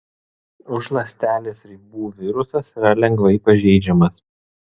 už ląstelės ribų virusas yra lengvai pažeidžiamas